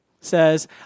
says